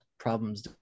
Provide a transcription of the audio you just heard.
problems